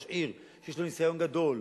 ראש עיר שיש לו ניסיון גדול,